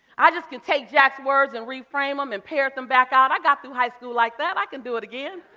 i just can take jack's words and reframe them um and parrot them back out. i got through high school like that, i can do it again.